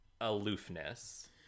aloofness